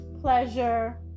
pleasure